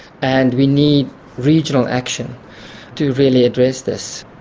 and we need regional action to really address this.